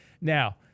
Now